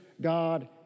God